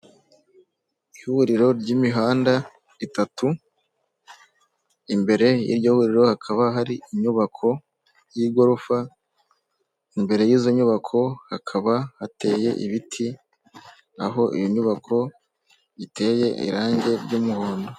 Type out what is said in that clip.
Ihuriro ry’imihanda itatu imbere y’iryo huriro, hakaba hari inyubako y’igorofa. Imbere y’izo nyubako, hakaba hateye ibiti. Aho inyubako iteye, irangi ry’umuhondo.